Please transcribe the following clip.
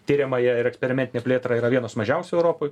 tiriamąją ir eksperimentinę plėtrą yra vienos mažiausių europoj